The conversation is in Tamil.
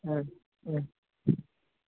ம் ம்